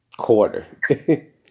quarter